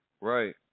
Right